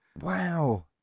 Wow